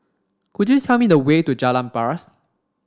could you tell me the way to Jalan Paras